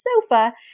sofa